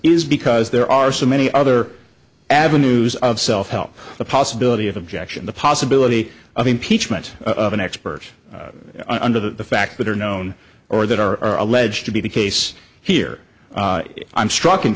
is because there are so many other avenues of self help the possibility of objection the possibility of impeachment of an expert under the fact that are known or that are alleged to be the case here i'm struck in